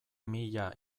mila